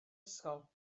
ysgol